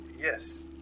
Yes